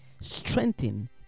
strengthen